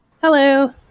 Hello